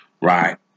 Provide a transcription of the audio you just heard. right